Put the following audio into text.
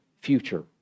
future